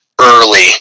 early